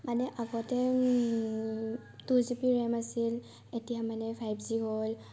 মানে আগতে two GB RAM আছিল এতিয়া মানে ফাইভ জি হ'ল